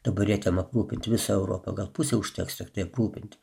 taburetėm aprūpint visą europą gal pusę užteks tiktai aprūpinti